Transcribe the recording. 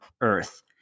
earth